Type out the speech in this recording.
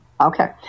Okay